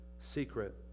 secret